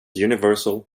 universal